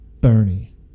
Bernie